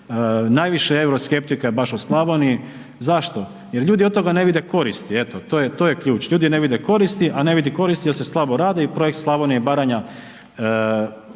najviše euroskeptika je baš u Slavoniji. Zašto? Jel ljudi od toga ne vide koristi, eto to je ključ, ljudi ne vide koristi, a ne vide koristi jer se slabo radi i Projekt Slavonija i Baranja, ajmo